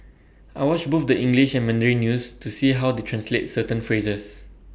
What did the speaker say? I watch both the English and Mandarin news to see how they translate certain phrases